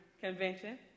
convention